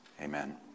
Amen